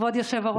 כבוד היושב-ראש.